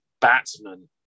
batsman